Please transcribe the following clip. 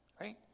right